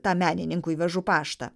tam menininkui vežu paštą